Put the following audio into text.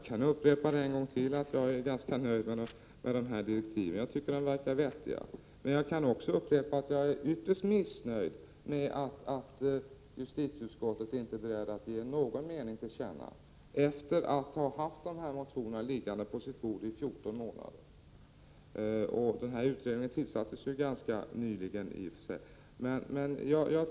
Herr talman! Jag kan upprepa att jag är ganska nöjd med direktiven, som verkar vettiga. Men jag kan också upprepa att jag är ytterst missnöjd med att justitieutskottet inte är berett att ge någon mening till känna, efter att ha haft dessa motioner liggande på sitt bord i 14 månader. Utredningen tillsattes ganska nyligen.